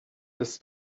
ist